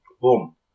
boom